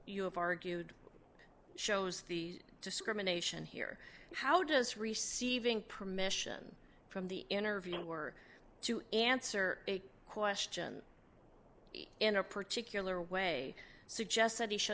you have argued shows the discrimination here how does receiving permission from the interviewer to answer a question in a particular way suggest that he should